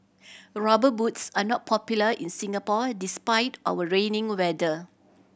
Rubber Boots are not popular in Singapore despite our rainy weather